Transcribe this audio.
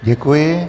Děkuji.